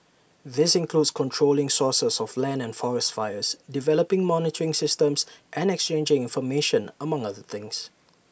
this includes controlling sources of land and forest fires developing monitoring systems and exchanging information among other things